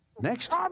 Next